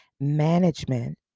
management